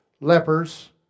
lepers